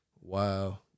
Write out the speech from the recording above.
wow